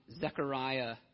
Zechariah